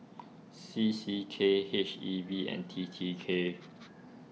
C C K H E B and T T K